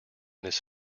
this